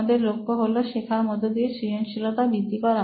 আমাদের লক্ষ্য হল শেখার মধ্য দিয়ে সৃজনশীলতা বৃদ্ধি করা